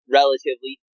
relatively